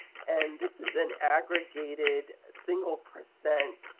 and this is an aggregated single percent,